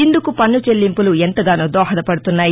ఇందుకు పన్ను చెల్లింపులు ఎంతగానో దోహదపడుతున్నాయి